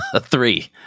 three